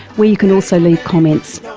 where you can also leave comments.